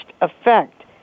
effect